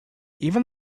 even